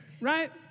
right